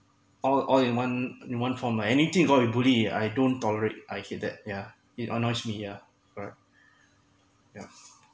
all all in one in one form lah anything call it bully ah I don't tolerate I hate that yeah it annoys me yeah alright yeah